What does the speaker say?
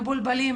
מבולבלים,